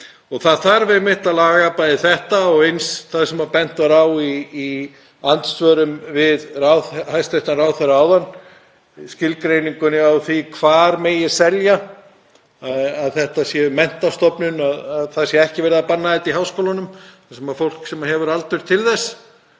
Það þarf einmitt að laga bæði þetta og eins það sem bent var á í andsvörum við hæstv. ráðherra áðan, skilgreininguna á því hvar megi selja, að þetta séu menntastofnanir, að það sé ekki verið að banna þetta í háskólunum þar sem fólk sem hefur aldur til þess